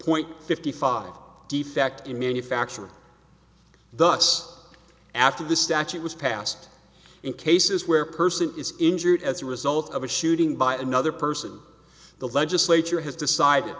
point fifty five defect in manufacturing thus after the statute was passed in cases where person is injured as a result of a shooting by another person the legislature has decided